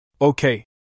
Okay